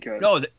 no